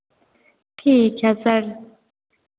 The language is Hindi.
ठीक है सर